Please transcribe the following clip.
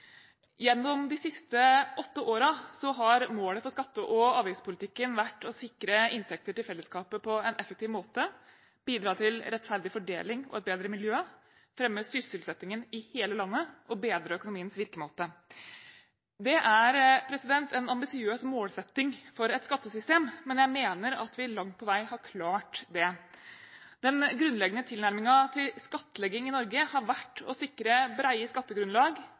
Gjennom de siste åtte årene har målet for skatte- og avgiftspolitikken vært å sikre inntekter til fellesskapet på en effektiv måte, bidra til rettferdig fordeling og et bedre miljø, fremme sysselsettingen i hele landet og bedre økonomiens virkemåte. Det er en ambisiøs målsetting for et skattesystem, men jeg mener at vi langt på vei har klart det. Den grunnleggende tilnærmingen til skattlegging i Norge har vært å sikre brede skattegrunnlag.